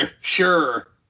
Sure